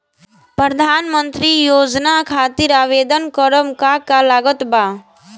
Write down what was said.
प्रधानमंत्री योजना खातिर आवेदन करम का का लागत बा?